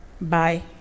Bye